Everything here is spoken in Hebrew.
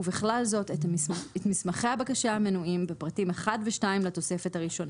ובכלל זאת את מסמכי הבקשה המנויים בפרטים (1) ו-(2) לתוספת הראשונה,